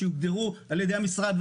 שיוגדרו על ידי המשרד,